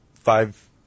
five